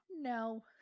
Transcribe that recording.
No